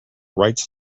rights